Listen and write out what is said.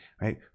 Right